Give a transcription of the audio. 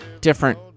different